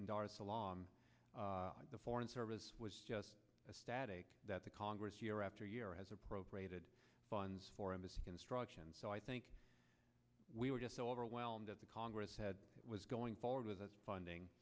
salaam the foreign service was just a static that the congress year after year has appropriated funds for embassy construction so i think we were just so overwhelmed at the congress had was going forward with us funding